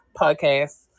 podcast